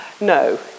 No